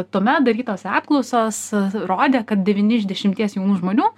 tuomet darytos apklausos rodė kad devyni iš dešimties jaunų žmonių